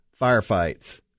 firefights